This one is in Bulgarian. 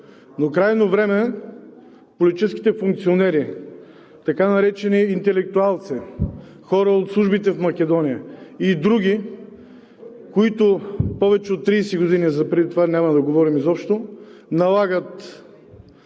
Но крайно време е политическите функционери, така наречени интелектуалци, хора от службите в Македония и други, които повече от 30 години, за преди това няма да говорим изобщо, налагат